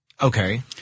Okay